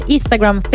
Instagram